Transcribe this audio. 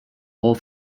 whole